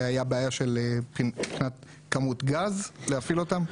היה בעיה מבחינת כמות גז להפעיל אותן?